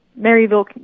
Maryville